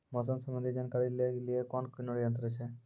मौसम संबंधी जानकारी ले के लिए कोनोर यन्त्र छ?